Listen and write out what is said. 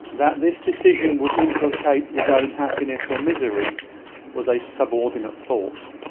that this decision would implicate his own happiness or misery was a subordinate thought.